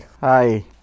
hi